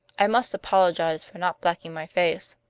i must apologize for not blacking my face.